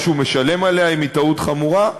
או שהוא משלם עליה אם היא טעות חמורה,